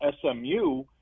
SMU